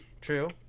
true